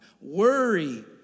Worry